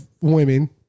women